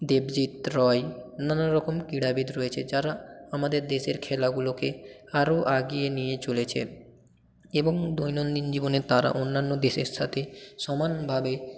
দেবজিত রয় নানা রকম ক্রীড়াবিদ রয়েছে যারা আমাদের দেশের খেলাগুলোকে আরো আগিয়ে নিয়ে চলেছে এবং দৈনন্দিন জীবনে তারা অন্যান্য দেশের সাথে সমানভাবে